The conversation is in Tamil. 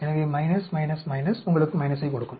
எனவே உங்களுக்குக் - யைக் கொடுக்கும்